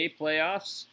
playoffs